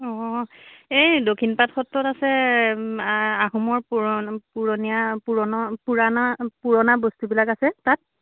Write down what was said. অঁ এই দক্ষিণপাট সত্ৰত আছে আহোমৰ পুৰণীয়া পুৰণৰ পুৰণা পুৰণা বস্তুবিলাক আছে তাত